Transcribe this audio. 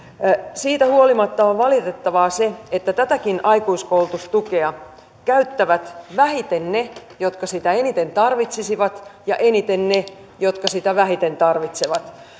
siitä huolimatta on valitettavaa se että tätäkin aikuiskoulutustukea käyttävät vähiten ne jotka sitä eniten tarvitsisivat ja eniten ne jotka sitä vähiten tarvitsevat